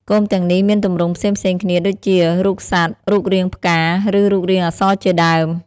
គោមទាំងនេះមានទម្រង់ផ្សេងៗគ្នាដូចជា រូបសត្វ រូបរាងផ្កា ឬរាងអក្សរជាដើម។